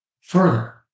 Further